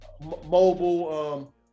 mobile